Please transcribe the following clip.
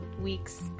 weeks